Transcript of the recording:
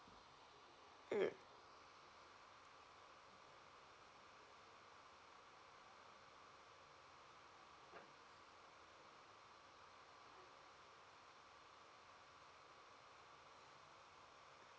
mm